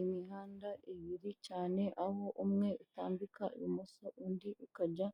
Imihanda ibiri cyane, aho umwe utambika ibumoso undi ukajya